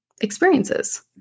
experiences